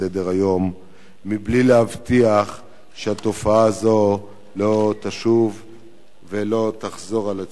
לסדר-היום בלי להבטיח שהתופעה הזאת לא תשוב ולא תחזור על עצמה.